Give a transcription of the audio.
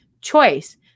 choice